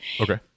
Okay